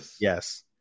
Yes